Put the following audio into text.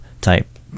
type